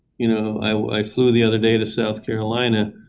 you know? i flew the other day to south carolina.